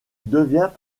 devient